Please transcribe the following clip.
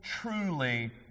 truly